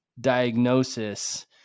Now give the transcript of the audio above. diagnosis